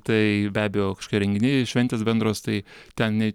tai be abejo kažkokie renginiai ir šventės bendros tai ten ne